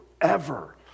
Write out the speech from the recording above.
forever